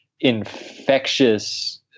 infectious